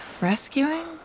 rescuing